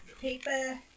Paper